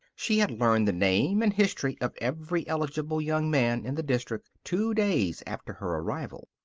she had learned the name and history of every eligible young man in the district two days after her arrival.